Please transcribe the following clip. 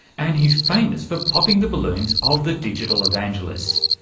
and he's famous for popping the balloons of the digital evangelists.